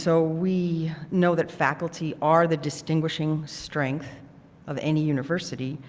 so we know that faculty are the distinguishing strength of any university.